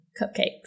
cupcakes